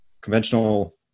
conventional